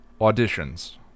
auditions